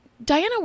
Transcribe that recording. Diana